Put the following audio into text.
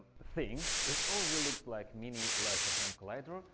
thing is already looks like mini, large hadron collider,